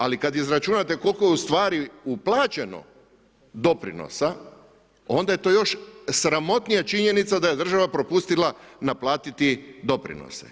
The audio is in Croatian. Ali kada izračunate koliko je ustvari uplaćeno doprinosa, onda je to još sramotnija činjenica da je država propustila naplatiti doprinose.